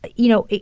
you know,